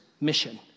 mission